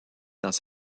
dans